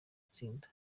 itsinda